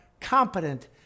competent